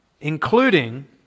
including